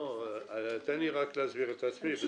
תן לי רק להסביר את עצמי.